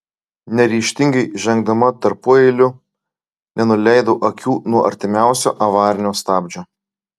neryžtingai žengdama tarpueiliu nenuleidau akių nuo artimiausio avarinio stabdžio